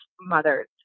mothers